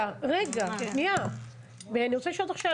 --- אני רוצה לשאול אותך שאלה.